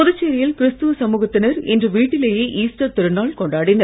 புதுச்சேரியில் கிறிஸ்துவ சமூகத்தினர் இன்று வீட்டிலேயே ஈஸ்டர் திருநாள் கொண்டாடினர்